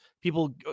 people